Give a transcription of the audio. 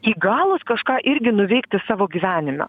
įgalūs kažką irgi nuveikti savo gyvenime